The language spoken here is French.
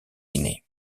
guinée